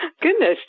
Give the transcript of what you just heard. Goodness